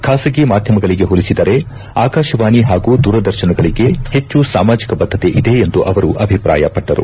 ಖಾಸಗಿ ಮಾಧ್ಯಮಗಳಿಗೆ ಹೋಲಿಸಿದರೆ ಆಕಾಶವಾಣಿ ಹಾಗೂ ದೂರದರ್ಶನಗಳಿಗೆ ಹೆಚ್ಚು ಸಾಮಾಜಿಕ ಬದ್ದತೆ ಇದೆ ಎಂದು ಅವರು ಅಭಿಪ್ರಾಯಪಟ್ಟರು